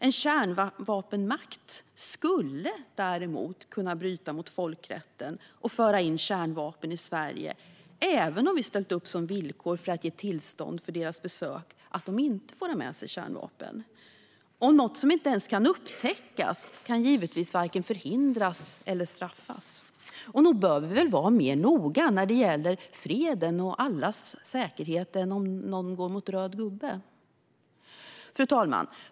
En kärnvapenmakt skulle däremot kunna bryta mot folkrätten och föra in kärnvapen i Sverige även om vi ställt upp som villkor för att ge tillstånd för besöket att de inte får ha med sig kärnvapen. Något som inte ens kan upptäckas kan givetvis varken förhindras eller straffas. Men nog bör vi vara mer noga när det gäller freden och allas säkerhet än om någon går mot röd gubbe. Fru talman!